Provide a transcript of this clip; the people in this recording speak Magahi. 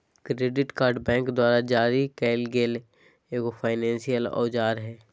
क्रेडिट कार्ड बैंक द्वारा जारी करल एगो फायनेंसियल औजार हइ